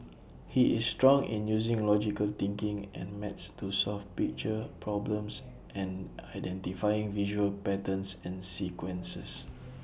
he is strong in using logical thinking and maths to solve picture problems and identifying visual patterns and sequences